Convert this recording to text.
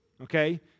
okay